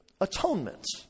atonement